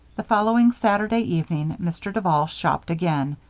the following saturday evening, mr. duval shopped again.